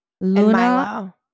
Luna